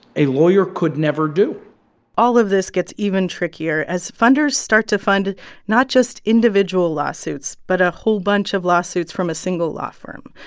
a lawyer could never do all of this gets even trickier as funders start to fund not just individual lawsuits but a whole bunch of lawsuits from a single law firm.